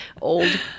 Old